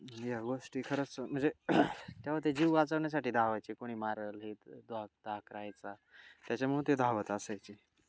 या गोष्टी खरंच म्हणजे तेव्हा ते जीव वाचवण्यासाठी धावायचे कोणी मारेल हे करेल धाक राहायचा त्याच्यामुळे ते धावत असायचे